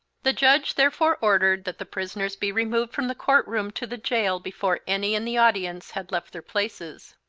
the judge therefore ordered that the prisoners be removed from the court-room to the jail before any in the audience had left their places.